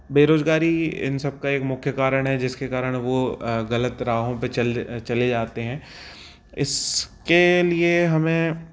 बेरोज़गारी इन सब का एक मुख्य कारण है जिसके कारण वो ग़लत राहों पर चल चले जाते हैं इसके लिए हमें